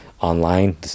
online